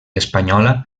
espanyola